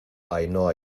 ainhoa